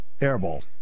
Airball